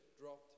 dropped